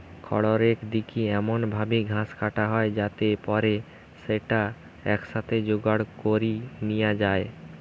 খড়রেক দিকি এমন ভাবি ঘাস কাটা হয় যাতে পরে স্যাটা একসাথে জোগাড় করি নিয়া যায়